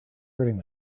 hurting